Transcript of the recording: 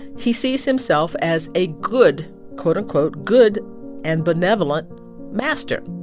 he sees himself as a good quote-unquote good and benevolent master.